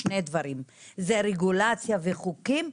היא שני דברים: רגולציה וחוקים,